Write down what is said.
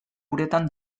uretan